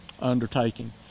undertaking